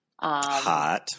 Hot